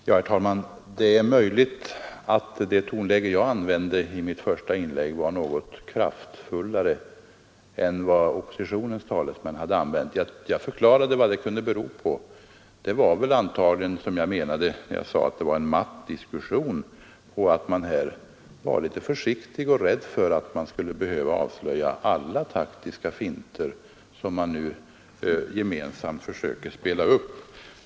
Herr talman! Det är möjligt att det tonläge jag använde i mitt första inlägg var något kraftfullare än det oppositionens talesmän hade använt. Jag förklarade vad det kunde bero på. Det berodde väl på att diskussionen var matt; oppositionen var litet försiktig och rädd för att behöva avslöja alla de taktiska finter man nu gemensamt försöker spela upp.